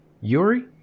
Yuri